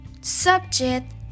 subject